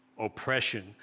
oppression